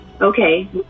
Okay